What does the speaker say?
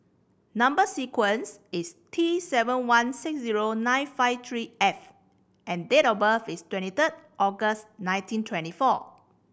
number sequence is T seven one six zero nine five three F and date of birth is twenty third August nineteen twenty four